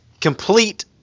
complete